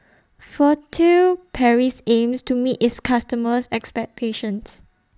Furtere Paris aims to meet its customers' expectations